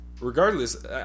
Regardless